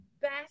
best